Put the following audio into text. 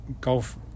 golf